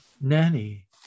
Nanny